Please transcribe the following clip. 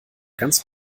ganz